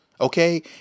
Okay